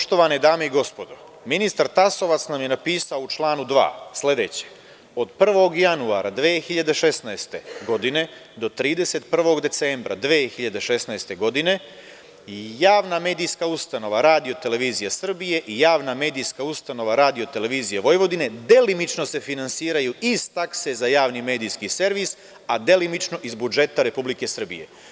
Poštovan dame i gospodo, ministar Tasovac nam je napisao u članu 2. sledeće: „od 1. januara 2016. godine do 31. decembra 2016. godine, javna medijska ustanova RTS i javna medijska ustanova RTV, delimično se finansiraju iz takse za javni medijski servis, a delimično iz budžeta Republike Srbije“